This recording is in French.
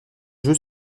jeu